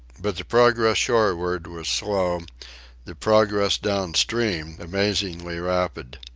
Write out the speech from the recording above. but the progress shoreward was slow the progress down-stream amazingly rapid.